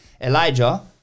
Elijah